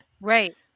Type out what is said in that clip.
right